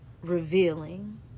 Revealing